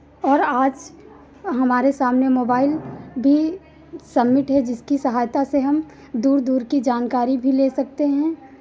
और आज हमारे सामने मोबाइल भी समिट है जिसकी सहायता से हम दूर दूर की जानकारी भी ले सकते हैं